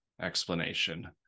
explanation